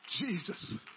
Jesus